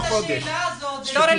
לא שאלנו את השאלה הזו כי זה לא רלוונטי.